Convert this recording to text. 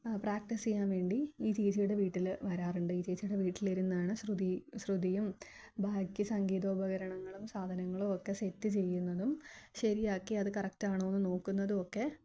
പ്രാക്റ്റീസീയ്യാന് വേണ്ടി ഈ ചേച്ചിയുടെ വീട്ടില് വരാറുണ്ട് ഈ ചേച്ചിയുടെ വീട്ടിലിരുന്നാണ് ശ്രുതി ശ്രുതിയും ബാക്കി സംഗീതോപകരണങ്ങളും സാധനങ്ങളും ഒക്കെ സെറ്റ് ചെയ്യുന്നതും ശരിയാക്കി അത് കറക്റ്റാണോ എന്ന് നോക്കുന്നതുമൊക്കെ